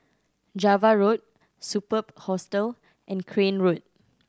Java Road Superb Hostel and Crane Road